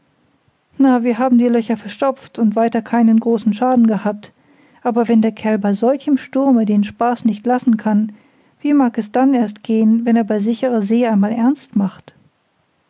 na wir haben die löcher verstopft und weiter keinen großen schaden gehabt aber wenn der kerl bei solchem sturme den spaß nicht lassen kann wie mag es dann erst gehen wenn er bei sicherer see einmal ernst macht